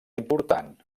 important